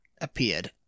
appeared